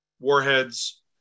warheads